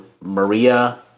Maria